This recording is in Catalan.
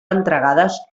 entregades